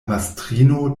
mastrino